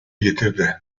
getirdi